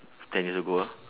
ten years ago ah